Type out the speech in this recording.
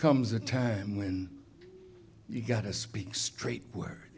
comes a time when you gotta speak straight w